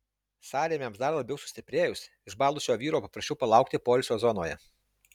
sąrėmiams dar labiau sustiprėjus išbalusio vyro paprašiau palaukti poilsio zonoje